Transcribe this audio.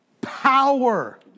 Power